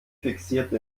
fixierte